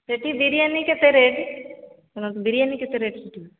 ସେଠି ବିରିୟାନୀ କେତେ ରେଟ୍ ହଁ ବିରିୟାନୀ କେତେ ରେଟ୍ ସେଠି